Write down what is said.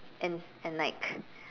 and and like